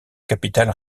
capitale